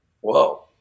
Whoa